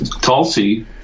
Tulsi